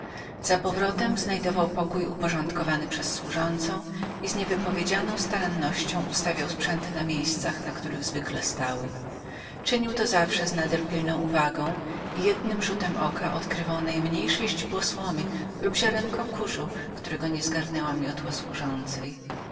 za powrotem znajdował pokój uporządkowany przez służącą i z niewypowiedzianem staraniem ustawiał sprzęty na miejscach na których zwykle stały czynił to zawsze z nader pilną uwagą i za jednym rzutem oka odkrywał najmniejsze źdźbło kurzu które uniknęło uwagi służącej